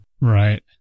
right